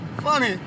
Funny